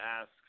asks